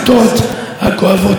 חבר הכנסת דודי אמסלם,